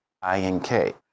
I-N-K